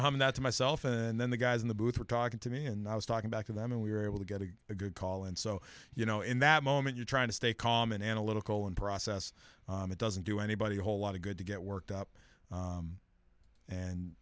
having that to myself and then the guys in the booth were talking to me and i was talking back to them and we were able to get a good call and so you know in that moment you're trying to stay calm and analytical and process it doesn't do anybody a whole lot of good to get worked up